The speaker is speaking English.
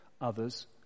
others